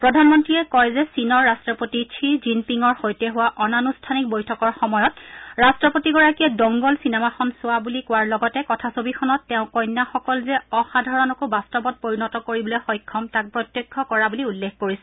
প্ৰধানমন্ত্ৰীয়ে কয় যে চীনৰ ৰট্টপতি শ্বি জিনপিঙৰ সৈতে হোৱা অনান্ঠানিক বৈঠকৰ সময়ত ৰট্টপতিগৰাকীয়ে ডংগল চিনেমাখন চোৱা বুলি কোৱাৰ লগতে কথাছবিখনত তেওঁ কন্যাসকল যে অসাধাৰণকো বাস্তৱত পৰিণত কৰিবলৈ সক্ষম তাক প্ৰত্যক্ষ কৰা বুলি উল্লেখ কৰিছিল